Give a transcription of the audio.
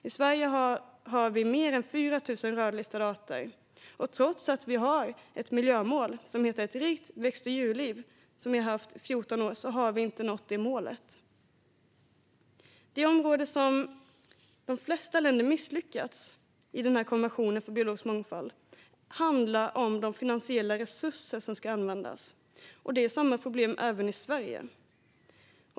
I Sverige finns fler än 4 000 rödlistade arter, och trots att vi i 14 år haft ett miljömål som heter Ett rikt växt och djurliv har vi inte nått det målet. Det område i konventionen för biologisk mångfald som flest länder misslyckats med handlar om de finansiella resurser som ska användas. Det problemet har även Sverige.